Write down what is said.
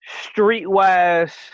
street-wise